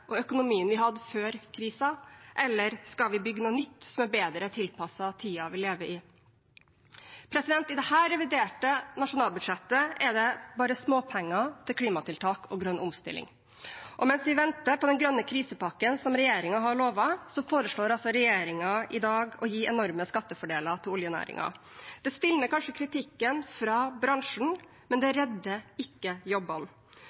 og økonomien vi hadde før krisen, eller skal vi bygge noe nytt som er bedre tilpasset tiden vi lever i? I dette reviderte nasjonalbudsjettet er det bare småpenger til klimatiltak og grønn omstilling. Mens vi venter på den grønne krisepakken som regjeringen har lovet, foreslår altså regjeringen i dag å gi enorme skattefordeler til oljenæringen. Det stilner kanskje kritikken fra bransjen, men det redder ikke jobbene.